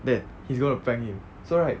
that he's going to prank him so right